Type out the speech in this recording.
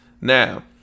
Now